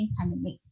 pandemic